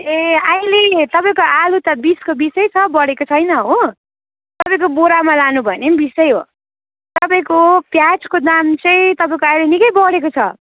ए अहिले तपाईँको आलु त बिसको बिसै छ बडेको छैन हो तपाईँको बोरामा लानुभयो भने पनि बिसै हो तपाईँको प्याजको दाम चाहिँ तपाईँको अहिले निकै बडेको छ